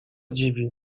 dziwi